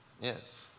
Yes